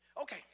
Okay